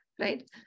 right